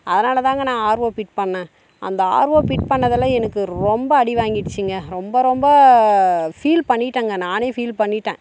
அதனால் தாங்க நாங்கள் ஆர்ஓ ஃபிட் பண்ண அந்த ஆர்ஓ ஃபிட் பண்ணதில் எனக்கு ரொம்ப அடி வாங்கிடிச்சிங்க ரொம்ப ரொம்ப ஃபீல் பண்ணிவிட்டங்க நானே ஃபீல் பண்ணிவிட்டேன்